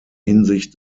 hinsicht